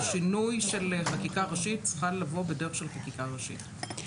שינוי של חקיקה ראשית צריכה לבוא בדרך של חקיקה ראשית.